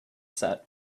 set